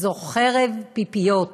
זו חרב פיפיות,